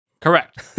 Correct